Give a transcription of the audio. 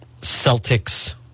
celtics